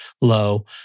low